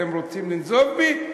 אתם רוצים לנזוף בי?